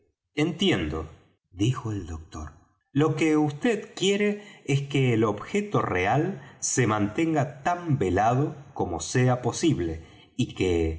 entiendo dijo el doctor lo que vd quiere es que el objeto real se mantenga tan velado como sea posible y que